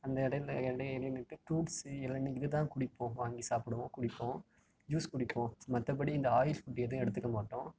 அந்த இடையில் இடை இடையில் நிறுத்தி ஃபுரூட்ஸு இளநீ இதுதான் குடிப்போம் வாங்கி சாப்பிடுவோம் குடிப்போம் ஜூஸ் குடிப்போம் மற்றபடி இந்த ஆயில்ஃபுட் எதுவும் எடுத்துக்க மாட்டோம்